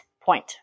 point